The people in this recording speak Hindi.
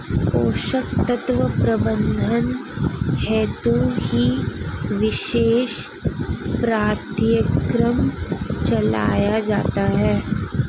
पोषक तत्व प्रबंधन हेतु ही विशेष पाठ्यक्रम चलाया जाता है